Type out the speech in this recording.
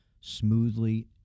smoothly